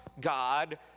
god